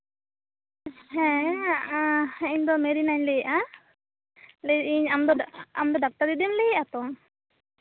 ᱦᱮᱸ ᱤᱧ ᱫᱚ ᱢᱮᱨᱤᱱᱟᱧ ᱞᱟᱹᱭᱮᱜᱼᱟ ᱞᱟᱹᱭ ᱫᱟᱹᱧ ᱞᱟᱹᱭ ᱫᱟᱹᱧ ᱟᱢ ᱫᱚ ᱰᱟᱠᱛᱟᱨ ᱫᱤᱫᱤᱢ ᱞᱟᱹᱭᱮᱫᱼᱟ ᱛᱚ